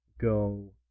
go